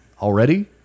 already